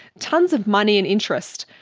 tonnes of money and interest.